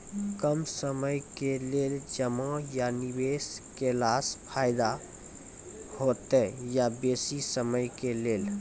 कम समय के लेल जमा या निवेश केलासॅ फायदा हेते या बेसी समय के लेल?